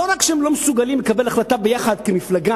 ולא רק שהם לא מסוגלים לקבל החלטה ביחד כמפלגה